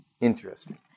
interesting